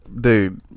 dude